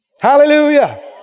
Hallelujah